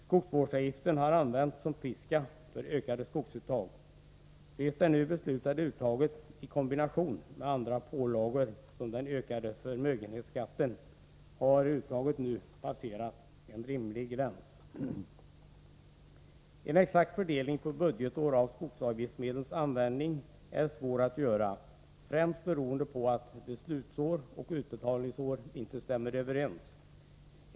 Skogsvårdsavgiften har använts som piska för ökade skogsuttag. Ses det nu beslutade uttaget i kombination med andra pålagor, som den ökade förmögenhetsskatten, har uttaget nu passerat rimlighetens gräns. En exakt fördelning på budgetår av skogsvårdsavgiftsmedlens användning är svår att göra främst beroende på att beslutsår och utbetalningsår inte stämmer överens.